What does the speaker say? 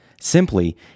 Simply